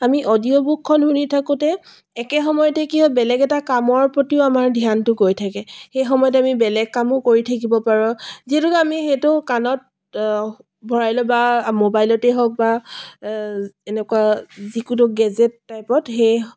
আমি অডিঅ' বুকখন শুনি থাকোঁতে একে সময়তে কি হয় বেলেগ এটা কামৰ প্ৰতিও আমাৰ ধ্যানটো গৈ থাকে সেই সময়ত আমি বেলেগ কামো কৰি থাকিব পাৰোঁ যিহেতুকে আমি সেইটো কাণত ভৰাই লৈ বা মোবাইলতেই হওক বা এনেকুৱা যিকোনো গেজেট টাইপত সেই